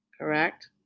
Correct